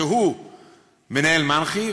שהוא מנהל מנח"י,